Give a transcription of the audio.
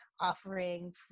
offering